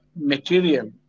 material